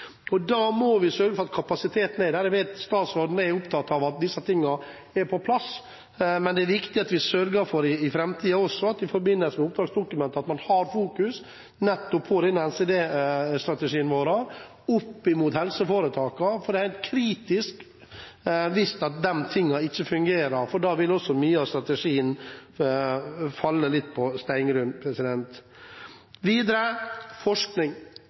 må sørge for at kapasiteten er der. Jeg vet at statsråden er opptatt av at disse tingene er på plass, men det er viktig at vi sørger for det i framtiden også, at vi i forbindelse med oppdragsdokumenter fokuserer på NCD-strategien overfor helseforetakene. For det er kritisk hvis dette ikke fungerer. Da vil også mye av strategien falle litt på steingrunn. Når det videre gjelder forskning,